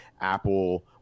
Apple